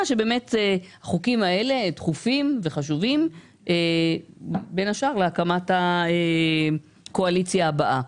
שבאמת החוקים האלה דחופים וחשובים בין השאר להקמת הקואליציה הבאה.